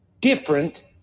Different